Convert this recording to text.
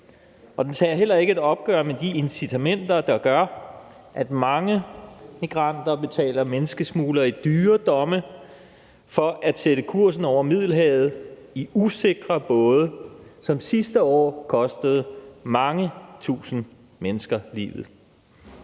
Den tager heller ikke et opgør med de incitamenter, der gør, at mange migranter betaler menneskesmuglere i dyre domme for at sætte kursen over Middelhavet i usikre både, som sidste år kostede mange tusind mennesker livet.